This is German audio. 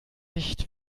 nicht